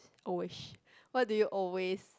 always what do you always